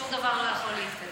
שום דבר לא יכול להסתדר.